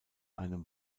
einem